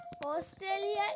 Australia